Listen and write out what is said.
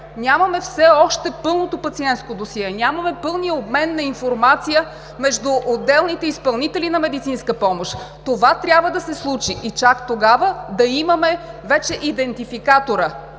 нямаме все още пълното пациентско досие, нямаме пълния обмен на информация между отделните изпълнители на медицинска помощ. Това трябва да се случи и чак тогава да имаме вече идентификатора